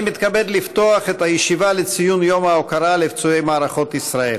אני מתכבד לפתוח את הישיבה לציון יום ההוקרה לפצועי מערכות ישראל.